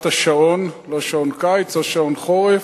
השעון: לא שעון קיץ ולא שעון חורף.